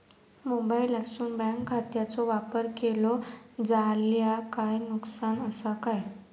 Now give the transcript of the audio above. मोबाईलातसून बँक खात्याचो वापर केलो जाल्या काय नुकसान असा काय?